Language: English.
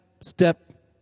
step